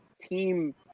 team